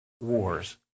wars